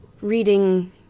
reading